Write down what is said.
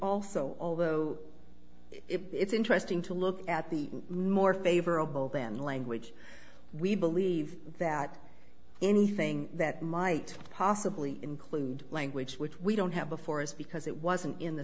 also although it's interesting to look at the more favorable than language we believe that anything that might possibly include language which we don't have before is because it wasn't in the